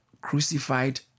crucified